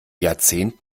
jahrzehnt